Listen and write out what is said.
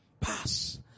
pass